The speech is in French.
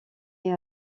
est